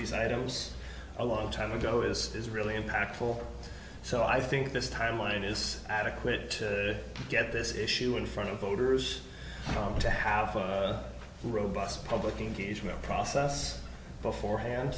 these items a long time ago this is really impactful so i think this timeline is adequate to get this issue in front of voters to have a robust public engagement process beforehand